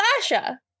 Sasha